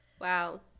Wow